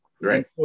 Right